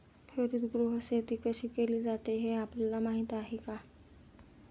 हरितगृह शेती कशी केली जाते हे आपल्याला माहीत आहे का?